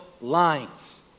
lines